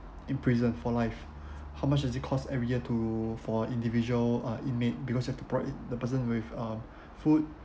in prison for life how much does it cost every year to for a individual uh inmate because have to provide the person with uh food